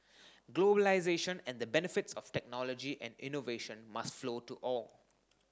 globalisation and the benefits of technology and innovation must flow to all